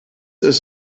ist